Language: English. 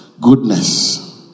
goodness